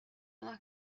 una